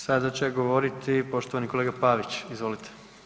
Sada će govoriti poštovani kolega Pavić, izvolite.